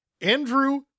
Andrew